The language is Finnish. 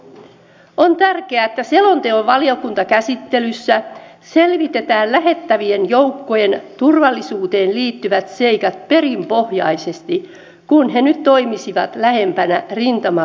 on tärkeää että selonteon valiokuntakäsittelyssä selvitetään lähetettävien joukkojen turvallisuuteen liittyvät seikat perinpohjaisesti kun ne nyt toimisivat lähempänä rintamalinjaa